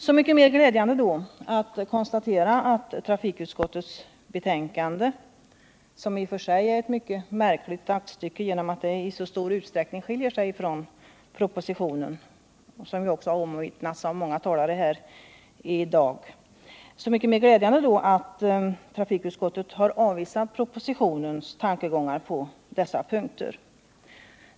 Så mycket mer glädjande är det då att konstatera att trafikutskottet i sitt betänkande — som i och för sig är ett mycket märkligt aktstycke genom att det iså stor utsträckning skiljer sig från propositionen, vilket också omvittnats av många talare här i dag — avvisat propositionens tankegångar på dessa punkter.